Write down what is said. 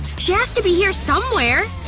she has to be here somewhere!